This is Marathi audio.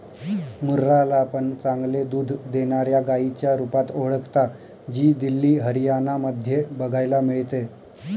मुर्रा ला पण चांगले दूध देणाऱ्या गाईच्या रुपात ओळखता, जी दिल्ली, हरियाणा मध्ये बघायला मिळते